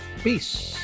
peace